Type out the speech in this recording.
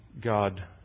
God